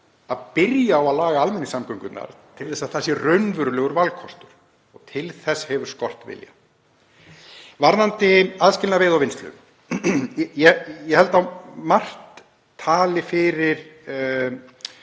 að byrja á að laga almenningssamgöngurnar til að það sé raunverulegur valkostur. Til þess hefur skort vilja. Varðandi aðskilnað veiða og vinnslu þá held ég að margt tali fyrir